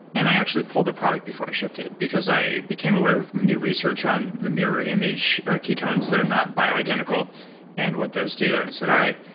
and i actually pulled the product before i shipped it because i became aware of new research on the mirror image ketones that are not bioidentical and what those do, and i said, all right.